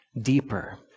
deeper